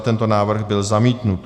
Tento návrh byl zamítnut.